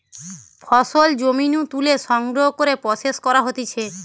ফসল জমি নু তুলে সংগ্রহ করে প্রসেস করা হতিছে